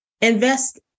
Invest